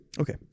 Okay